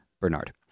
Bernard